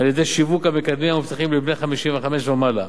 על-ידי שיווק המקדמים המובטחים לבני 55 ומעלה,